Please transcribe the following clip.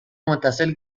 متصل